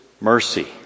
Mercy